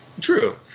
True